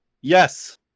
Yes